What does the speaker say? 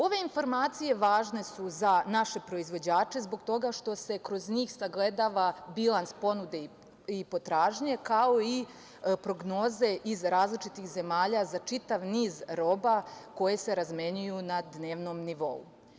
Ove informacije važne su za naše proizvođače zbog toga što se kroz njih sagledava bilans ponude i potražnje, kao i prognoze iz različitih zemalja za čitav niz roba koje se razmenjuju na dnevnom nivou.